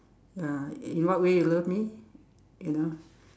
ya in what way you love me you know